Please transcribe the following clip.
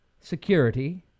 security